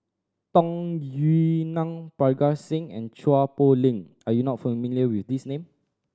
Tung Yue Nang Parga Singh and Chua Poh Leng are you not familiar with these name